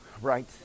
Right